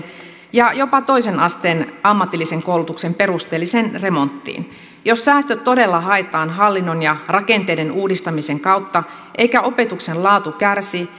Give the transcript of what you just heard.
ja jopa toisen asteen ammatillisen koulutuksen perusteelliseen remonttiin jos säästöt todella haetaan hallinnon ja rakenteiden uudistamisen kautta eikä opetuksen laatu kärsi